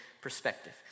perspective